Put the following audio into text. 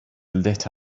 lit